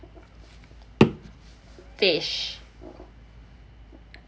fish